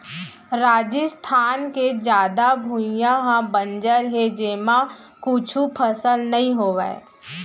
राजिस्थान के जादा भुइयां ह बंजर हे जेमा कुछु फसल नइ होवय